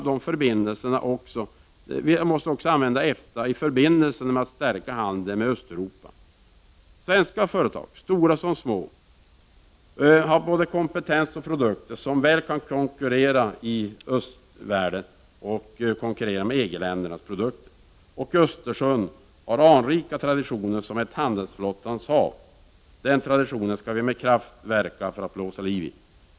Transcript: Vi måste använda oss av EFTA när det gäller att stärka förbindelserna med Östeuropa och med handeln i dessa länder. Svenska företag, stora som små, har både kompetens och produkter som väl kan konkurrera med EG-ländernas produkter i Östeuropa. Östersjön har anrika traditioner som ett handelsflottans hav. Vi skall med kraft verka för att blåsa liv i den traditionen.